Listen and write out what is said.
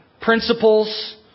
principles